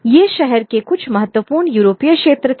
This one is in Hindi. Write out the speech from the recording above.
ये शहर के कुछ महत्वपूर्ण यूरोपीय क्षेत्र थे